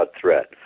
threat